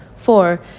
Four